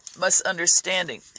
misunderstanding